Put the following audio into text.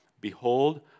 behold